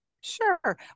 Sure